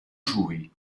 jouées